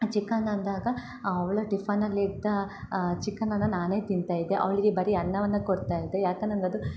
chicken ಅಂದಾಗ ಅವ್ಳ ಟಿಫನಲ್ಲಿ ಇದ್ದ ಚಿಕನನ್ನ ನಾನೇ ತಿಂತಾಯಿದ್ದೆ ಅವಳಿಗೆ ಬರಿ ಅನ್ನವನ್ನ ಕೊಡ್ತಾಯಿದ್ದೆ ಯಾಕಂದ್ರೆ ನಂಗೆ ಅದು